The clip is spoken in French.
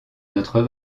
notre